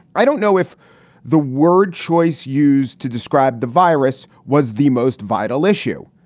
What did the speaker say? i don't know if the word choice used to describe the virus was the most vital issue.